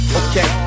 okay